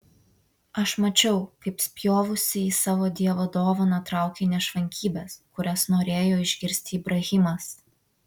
aš mačiau kaip spjovusi į savo dievo dovaną traukei nešvankybes kurias norėjo išgirsti ibrahimas